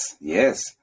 yes